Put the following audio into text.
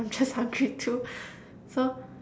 I'm just hungry too so